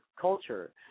culture